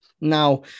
Now